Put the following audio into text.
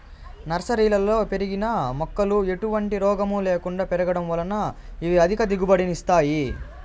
నర్సరీలలో పెరిగిన మొక్కలు ఎటువంటి రోగము లేకుండా పెరగడం వలన ఇవి అధిక దిగుబడిని ఇస్తాయి